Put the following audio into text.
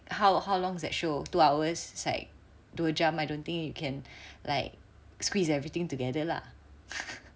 how how long is that show two hours is like dua jam I don't think you can like squeeze everything together lah